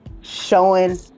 showing